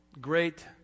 great